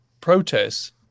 protests